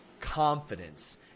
confidence